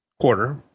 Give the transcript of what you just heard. quarter